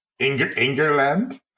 Ingerland